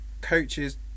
coaches